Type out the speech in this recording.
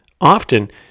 often